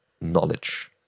knowledge